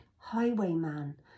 highwayman